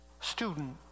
student